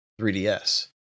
3DS